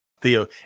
Theo